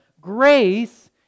Grace